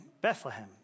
Bethlehem